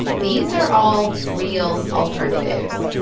these are all real alternatives.